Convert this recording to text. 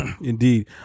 Indeed